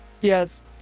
Yes